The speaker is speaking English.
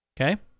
okay